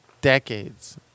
decades